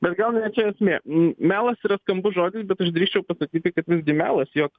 bet gal ne čia esmė melas yra skambus žodis bet aš drįsčiau pasakyti kad visgi melas jog